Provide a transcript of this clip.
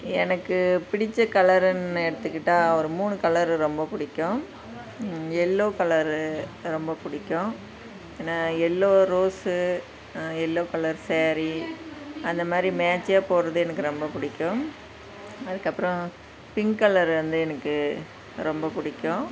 எனக்கு பிடித்த கலருன்னு எடுத்துக்கிட்டால் ஒரு மூணு கலரு ரொம்ப பிடிக்கும் எல்லோ கலரு ரொம்ப பிடிக்கும் நான் yellow rose yellow colour sari அந்த மாதிரி மேட்ச்சாக போடுறது எனக்கு ரொம்ப பிடிக்கும் அதுக்கப்புறம் பிங்க் கலர் வந்து எனக்கு ரொம்ப பிடிக்கும்